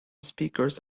speakers